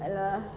ya lah